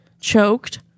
choked